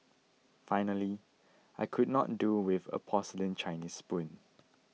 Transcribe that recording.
finally I could not do with a porcelain Chinese spoon